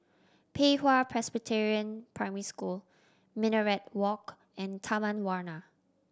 Pei Hwa Presbyterian Primary School Minaret Walk and Taman Warna